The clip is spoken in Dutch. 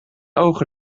ogen